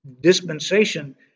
dispensation